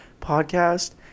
podcast